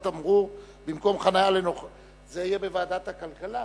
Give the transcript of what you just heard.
עשרה בעד.